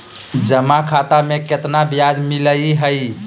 जमा खाता में केतना ब्याज मिलई हई?